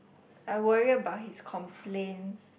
I worry about his complaints